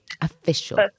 official